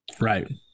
right